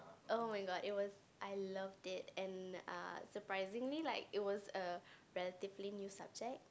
oh-my-god it was I loved it and uh surprisingly like it was a relatively new subject